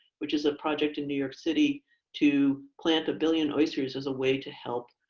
which is a project in new york city to plant a billion oysters as a way to help